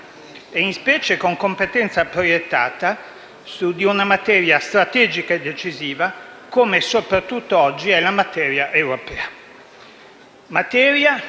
e, in specie, con competenza proiettata su una materia strategica e decisiva come soprattutto oggi è quella europea. Materia